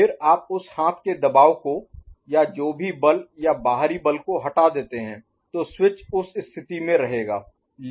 फिर आप उस हाथ के दबाव को या जो भी बल या बाहरी बल को हटा देते हैं तो स्विच उस स्थिति में रहेगा